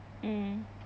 mm